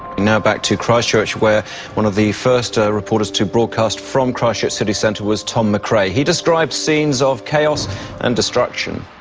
now back to christchurch where one of the first reporters to broadcast from christchurch city centre was tom mcrae. he describes scenes of chaos and destruction